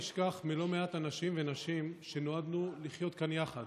נשכח מלא מעט אנשים ונשים שנועדנו לחיות כאן יחד.